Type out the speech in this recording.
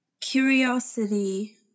curiosity